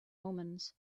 omens